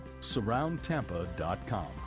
SurroundTampa.com